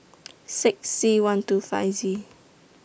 six C one two five Z